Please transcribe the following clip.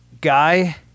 Guy